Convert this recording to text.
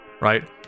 Right